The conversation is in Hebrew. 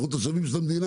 אנחנו תושבים של המדינה,